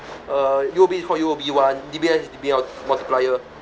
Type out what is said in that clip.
uh U_O_B is called U_O_B one D_B_S is D_B_S multiplier